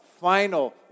final